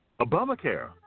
Obamacare